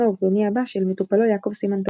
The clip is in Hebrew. האובדני הבא של מטופלו יעקב סימן-טוב.